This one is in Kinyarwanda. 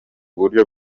buryo